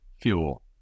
fuel